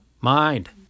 Mind